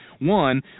One